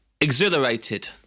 Exhilarated